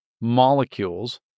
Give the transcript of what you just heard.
molecules